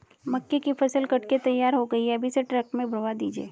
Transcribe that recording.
मक्के की फसल कट के तैयार हो गई है अब इसे ट्रक में भरवा दीजिए